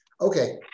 Okay